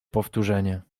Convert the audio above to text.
powtórzenie